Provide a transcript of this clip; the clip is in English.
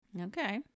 Okay